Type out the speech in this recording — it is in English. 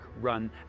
run